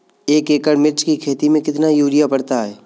एक एकड़ मिर्च की खेती में कितना यूरिया पड़ता है?